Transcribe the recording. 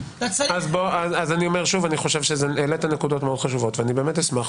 אני אומר שוב שאני חושב שהעלית נקודות מאוד חשובות ואני באמת אשמח,